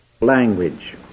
Language